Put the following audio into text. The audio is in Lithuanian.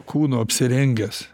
kūnu apsirengęs